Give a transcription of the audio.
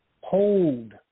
Hold